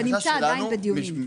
זה עדיין בדיונים.